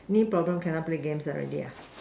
knee problem cannot play games already ah